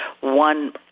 one